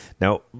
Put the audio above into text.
Now